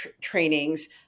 trainings